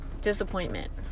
disappointment